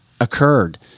occurred